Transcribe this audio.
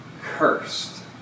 Cursed